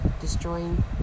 destroying